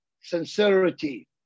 sincerity